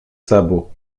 sabots